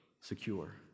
secure